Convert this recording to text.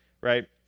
right